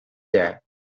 there